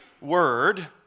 word